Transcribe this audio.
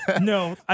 No